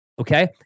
okay